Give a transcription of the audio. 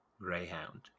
greyhound